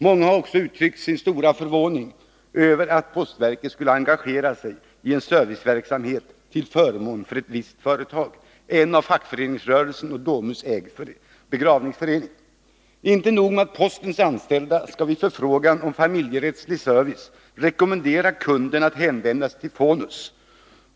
Många har uttryckt sin stora förvåning över att postverket skulle engagera sig i en serviceverksamhet till förmån för ett visst företag — en av fackföreningsrörelsen och Domus ägd begravningsförening. Det är inte nog med att postens anställda vid förfrågan om familjerättslig service skall rekommendera kunden att hänvända sig till Fonus.